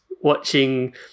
watching